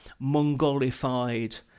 Mongolified